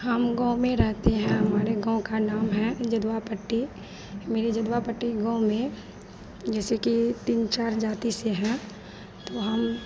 हम गाँव में रहते हैं हमारे गाँव का नाम है जदवा पट्टी मेरे जदवा पट्टी गाँव में जैसे कि तीन चार जाति से हैं तो हम